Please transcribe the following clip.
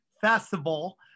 Festival